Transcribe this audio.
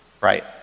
right